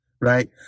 right